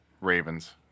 Ravens